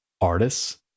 artists